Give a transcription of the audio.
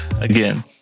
again